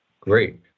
Great